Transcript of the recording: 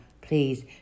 please